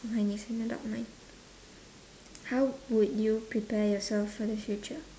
mind is an adult mind how would you prepare yourself for the future